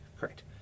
correct